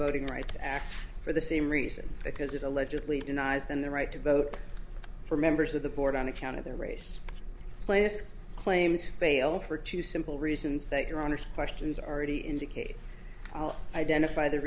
voting rights act for the same reason because it allegedly denies them the right to vote for members of the board on account of their race plainest claims fail for two simple reasons that your honest questions already indicate identify the